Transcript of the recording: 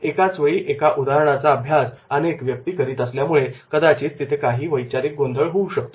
एकाच वेळी एका उदाहरणाचा अभ्यास अनेक व्यक्ती करीत असल्यामुळे कदाचित तिथे काही वैचारिक गोंधळ होऊ शकतो